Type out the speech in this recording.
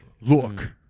Look